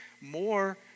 more